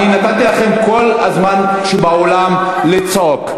נתתי לכם את כל הזמן שבעולם לצעוק,